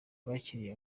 bakiriye